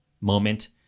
moment